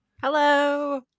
Hello